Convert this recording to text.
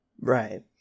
Right